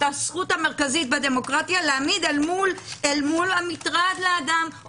את הזכות המרכזית בדמוקרטיה להעמיד אל מול המטרד לאדם,